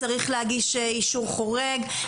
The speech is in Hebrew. צריך להגיש אישור חורג,